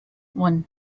one